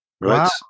right